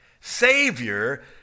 Savior